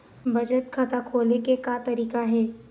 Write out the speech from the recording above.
बचत खाता खोले के का तरीका हे?